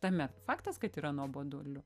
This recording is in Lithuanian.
tame faktas kad yra nuobodulio